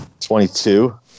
22